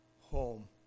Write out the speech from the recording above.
home